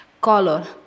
Color